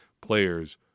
players